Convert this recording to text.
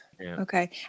Okay